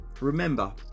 Remember